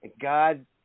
God